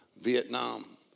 Vietnam